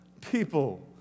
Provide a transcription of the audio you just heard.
People